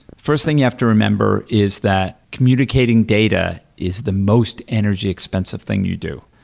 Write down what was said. first thing you have to remember is that communicating data is the most energy expensive thing you do,